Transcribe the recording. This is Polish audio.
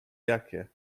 jakie